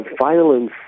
violence